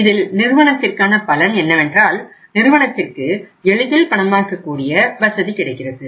இதில் நிறுவனத்திற்கான பலன் என்னவென்றால் நிறுவனத்திற்கு எளிதில் பணமாக்க கூடிய வசதி கிடைக்கிறது